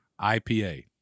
IPA